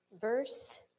Verse